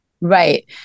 right